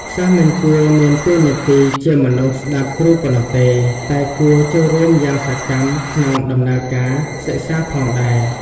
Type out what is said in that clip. សិស្សមិនគួរមានតួនាទីជាមនុស្សស្ដាប់គ្រូប៉ុណ្ណោះទេ តែគួរចូលរួមយ៉ាងសកម្មក្នុងដំណើរការសិក្សាផងដែរ។